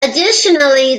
additionally